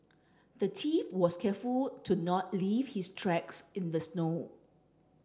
the thief was careful to not leave his tracks in the snow